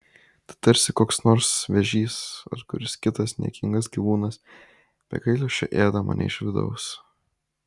tai tarsi koks nors vėžys ar kuris kitas niekingas gyvūnas be gailesčio ėda mane iš vidaus